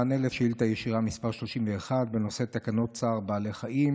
מענה לשאילתה ישירה מס' 31 בנושא: תקנות צער בעלי חיים